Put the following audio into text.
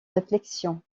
réflexion